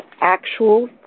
actual